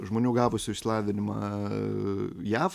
žmonių gavusių išsilavinimą jav